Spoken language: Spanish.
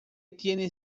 tiene